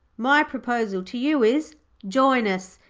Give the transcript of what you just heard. my proposal to you is join us,